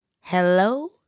Hello